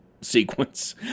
sequence